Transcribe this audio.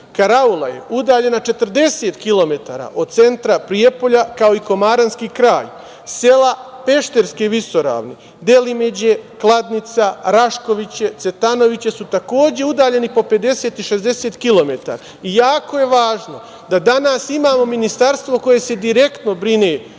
Karaula je udaljena 40 kilometara od centra Prijepolja, kao i Komaranski kraj. Sela Pešterske visoravni Delimeđe, Kladnica, Raškoviće, Cvetanoviće su takođe udaljeni po 50 i 60 kilometara i jako je važno da danas imamo ministarstvo koje se direktno brine